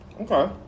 Okay